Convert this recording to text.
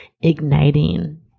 igniting